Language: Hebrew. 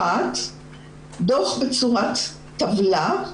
1. דוח בצורת טבלה,